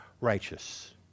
righteous